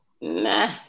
Nah